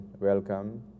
welcome